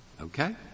Okay